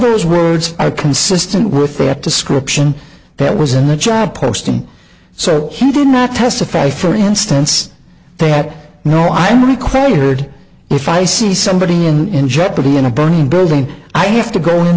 those words are consistent with the description that was in the chat posting so he did not testify for instance they had no i'm required if i see somebody in jeopardy in a burning building i have to go in